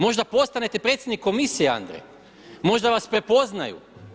Možda postanete predsjednik komisije Andrej, možda vas prepoznaju.